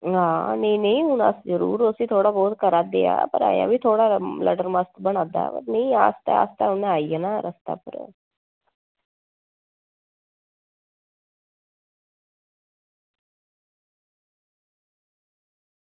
आं नेईं नेईं हून अस जरूर उसी थोह्ड़ा बहुत करा दे ऐ है बी थोह्ड़ा लड्डर मस्त बना दा नेईं आस्तै आस्तै उनें आई जाना रस्ते उप्पर